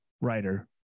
writer